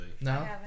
No